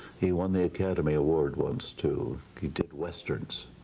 he won the academy award once too, he did westerns,